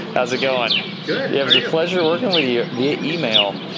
how's it going? good. yeah, it was a pleasure working with you via email.